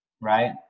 Right